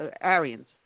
Aryans